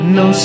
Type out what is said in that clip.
no